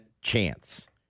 chance